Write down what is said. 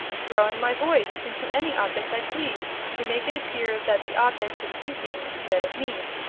throwing my voice into any object i pleased, to make it appear that the object was speaking instead of me.